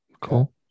Cool